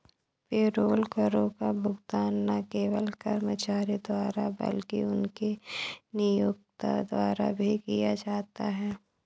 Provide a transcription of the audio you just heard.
payroll करों का भुगतान न केवल कर्मचारी द्वारा बल्कि उनके नियोक्ता द्वारा भी किया जाता है